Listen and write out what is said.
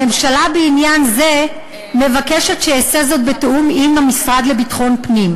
הממשלה בעניין זה מבקשת שאעשה זאת בתיאום עם המשרד לביטחון הפנים.